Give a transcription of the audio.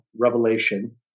revelation